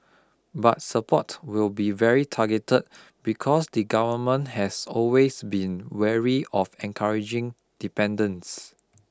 but support will be very targeted because the Government has always been wary of encouraging dependence